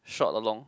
short or long